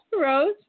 Rose